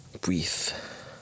brief